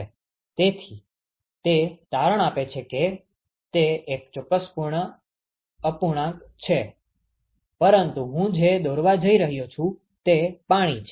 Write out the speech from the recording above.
તેથી તે તારણ આપે છે કે તે એક ચોક્કસ અપૂર્ણાંક છે પરંતુ હું જે દોરવા જઇ રહ્યો છું તે પાણી છે